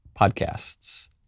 podcasts